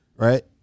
Right